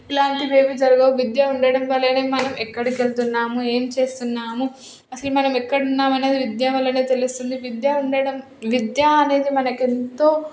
ఇలాంటివేవీ జరగవు విద్య ఉండడం వల్లనే మనం ఎక్కడికి వెళ్తున్నాము ఏం చేస్తున్నాము అసలు మనం ఎక్కడున్నామనేది విద్యవలనే తెలుస్తుంది విద్య అనడం విద్య అనేది మనకు ఎంతో